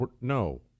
No